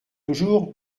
toujours